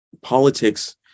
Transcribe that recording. politics